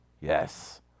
yes